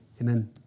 Amen